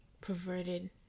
perverted